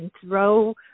throw